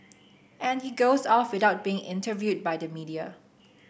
and he goes off without being interviewed by the media